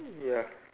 ya